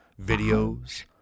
videos